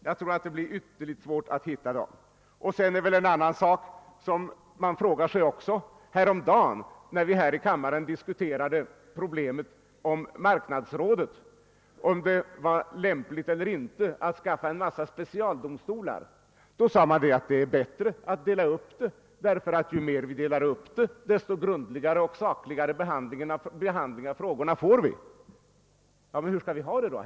Jag tror det blir ytterligt svårt att hitta vederbörande. När vi häromdagen diskuterade problemet om marknadsrådet och om det är lämpligt eller inte att skapa en mängd specialdomstolar sade man, att det är bättre att dela upp, ty ju mer vi delar upp desto grundligare och sakligare behandling får vi. Hur skall vi då ha det?